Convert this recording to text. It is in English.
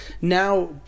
now